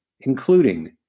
including